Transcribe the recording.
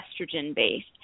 estrogen-based